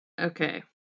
Okay